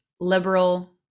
liberal